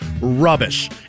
rubbish